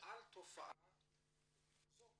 על התופעה הזו